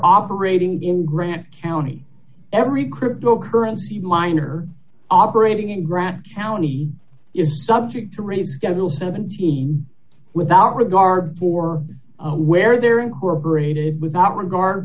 operating in grant county every cryptocurrency mine are operating in grant county is subject to read schedule seventeen without regard for where they're incorporated without regard